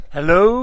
Hello